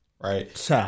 Right